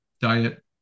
diet